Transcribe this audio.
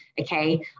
okay